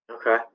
Okay